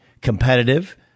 competitive